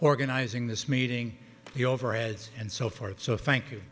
organizing this meeting the overheads and so forth so thank you